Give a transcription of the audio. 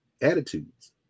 attitudes